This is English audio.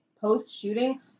post-shooting